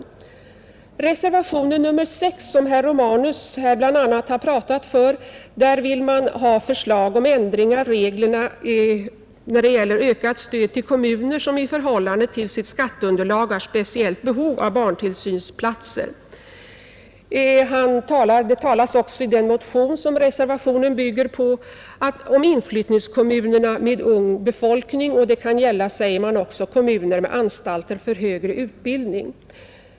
I reservationen 6, som bl.a. herr Romanus har talat för, yrkas att riksdagen skall hemställa om förslag till sådan ändring av reglerna för bidrag till driften av barnstugor att ökat stöd ges åt kommuner, särskilt dem som i förhållande till sitt skatteunderlag har speciellt stort behov av barntillsynsplatser, I den motion, som denna reservation bygger på, talas det också om inflyttningskommunerna med ung befolkning och om kommuner med anstalter för högre utbildning.